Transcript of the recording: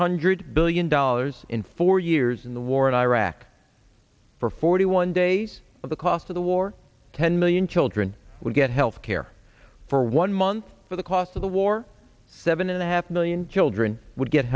hundred billion dollars in four years in the war in iraq for forty one days of the cost of the war ten million children will get health care for one month for the cost of the war seven and a half million children would get